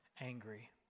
angry